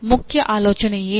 ಮುಖ್ಯ ಆಲೋಚನೆ ಏನು